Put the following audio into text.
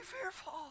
fearful